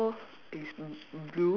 okay it's uh the door